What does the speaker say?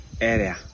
area